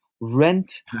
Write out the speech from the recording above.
rent